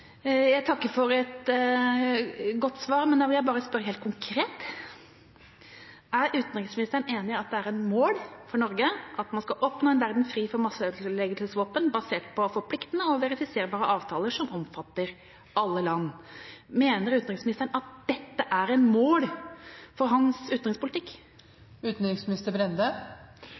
Jeg takker for et godt svar, men jeg vil spørre helt konkret: Er utenriksministeren enig i at det er et mål for Norge at man skal oppnå en verden fri for masseødeleggelsesvåpen basert på forpliktende og verifiserbare avtaler som omfatter alle land? Mener utenriksministeren at dette er et mål for hans utenrikspolitikk?